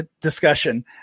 discussion